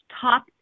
top